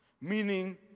Meaning